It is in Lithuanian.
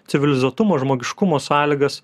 civilizuotumo žmogiškumo sąlygas